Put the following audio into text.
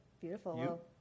Beautiful